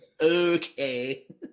Okay